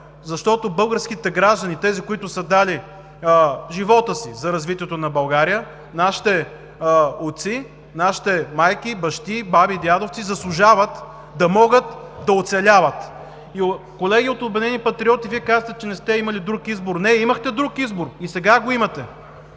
защото българските граждани – тези, които са дали живота си за развитието на България, нашите отци, нашите майки и бащи, баби и дядовци заслужават да могат да оцеляват. Колеги от „Обединени патриоти“, Вие казахте, че не сте имали друг избор. Не, имахте друг избор! И сега го имате.